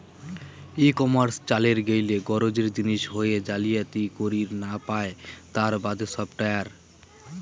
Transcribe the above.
ই commerce চালের গেইলে গরোজের জিনিস হসে জালিয়াতি করির না পায় তার বাদে সফটওয়্যার